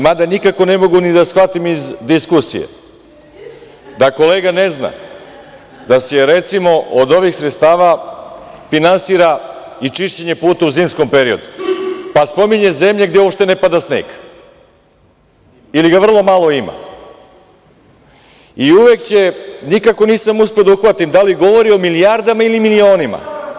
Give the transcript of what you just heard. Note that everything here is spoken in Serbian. Mada nikako ne mogu ni da shvatim iz diskusije da kolega ne zna da se, recimo, od ovih sredstava finansira i čišćenje puta u zimskom periodu, pa spominje zemlje u kojima uopšte ne pada sneg ili ga vrlo malo ima i uvek će, nikako nisam uspeo da uhvatim da li govori o milijardama ili milionima.